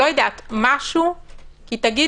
אם תגיד